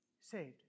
Saved